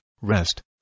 rest